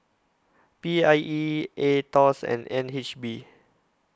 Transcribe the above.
P I E Aetos and N H B